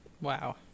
Wow